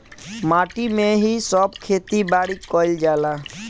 माटी में ही सब खेती बारी कईल जाला